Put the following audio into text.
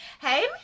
Hey